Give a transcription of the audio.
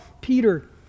Peter